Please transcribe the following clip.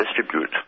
distribute